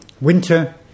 winter